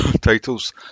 titles